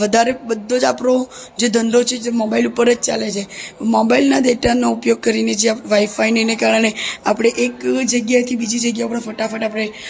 વધારે બધો જ આપણો જે ધંધો છે જે મોબાઈલ ઉપર જ ચાલે છે મોબાઈલના ડેટાનો ઉપયોગ કરીને જે વાઈફાઈ ને એને કારણે આપણે એક જગ્યાએથી બીજી જગ્યાએ ફટાફટ આપણે